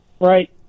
right